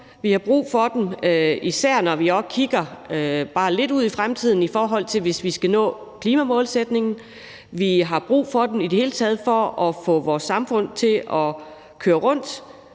Vi har brug for dem, især også, hvis vi kigger bare lidt ud i fremtiden i forhold til at nå klimamålsætningen. Vi har i det hele taget brug for dem for at få vores samfund til at køre rundt;